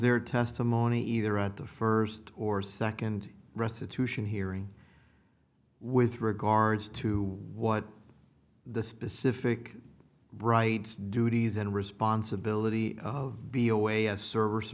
their testimony either at the first or second restitution hearing with regards to what the specific brights duties and responsibility of b away a service